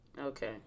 Okay